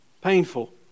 painful